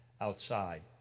outside